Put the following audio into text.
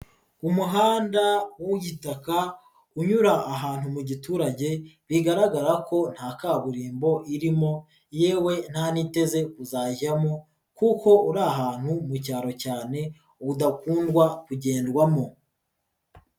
Umuhanda w'igitaka unyura ahantu mu giturage, bigaragara ko nta kaburimbo irimo yewe nta niteze kuzajyamo, kuko uri ahantu mu cyaro cyane udakundwa kugendwamo.